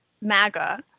MAGA